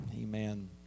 amen